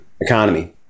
economy